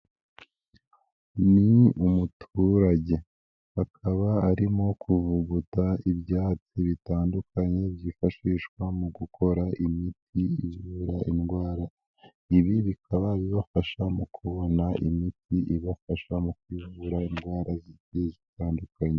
Ni umuturage akaba arimo kuvuguta ibyatsi bitandukanye byifashishwa mu gukora imiti ivura indwara. Ibi bikaba bibafasha mu kubona imiti ibafasha mukuvura indwara zigiye zitandukanye.